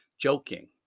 Joking